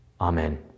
Amen